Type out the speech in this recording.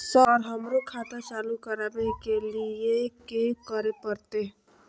Sir हमरो खाता चालू करबाबे के ली ये की करें परते?